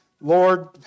Lord